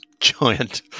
giant